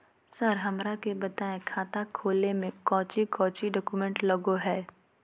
Sir हमरा के बताएं खाता खोले में कोच्चि कोच्चि डॉक्यूमेंट लगो है?